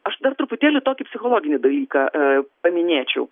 aš dar truputėlį tokį psichologinį dalyką paminėčiau